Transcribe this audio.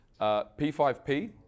P5P